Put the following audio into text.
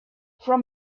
from